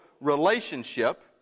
relationship